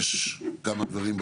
יש כמה דברים,